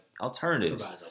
alternatives